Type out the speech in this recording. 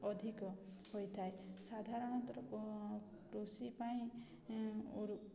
ଅଧିକ ହୋଇଥାଏ ସାଧାରଣତଃ କୃଷି ପାଇଁ